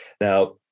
Now